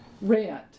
rent